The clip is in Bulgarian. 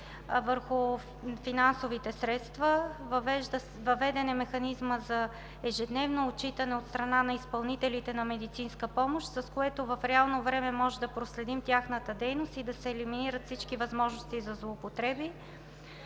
върху финансовите средства. Въведен е механизмът за ежедневно отчитане от страна на изпълнителите на медицинска помощ, с което в реално време може да проследим тяхната дейност и да се елиминират всички възможности за злоупотреби.